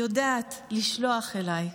יודעת לשלוח אליי.